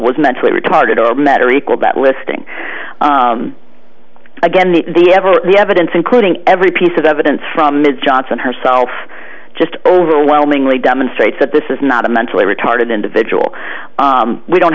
was mentally retarded or matter equal that listing again the the ever the evidence including every piece of evidence from ms johnson herself just overwhelmingly demonstrates that this is not a mentally retarded individual we don't